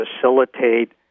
facilitate